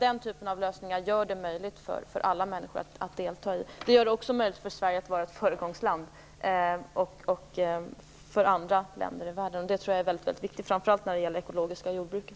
Den typen av lösningar gör det möjligt för alla människor att delta i det här sammanhanget och även för Sverige att vara ett föregångsland för andra länder i världen. Det tror jag är väldigt viktigt, framför allt när det gäller det ekologiska jordbruket.